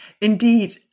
Indeed